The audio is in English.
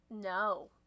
No